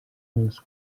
els